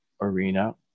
arena